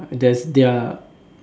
there's their